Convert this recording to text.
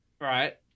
right